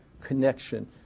connection